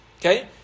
okay